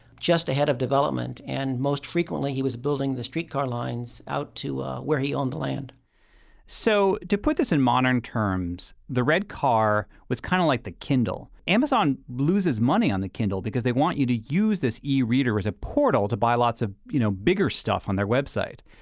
just ahead of development and most frequently, he was building the streetcar lines out to where he owned the land so, to put this in modern terms, the red car was kinda kind of like the kindle. amazon loses money on the kindle because they want you to use this e-reader as a portal to buy lots of you know bigger stuff on their website.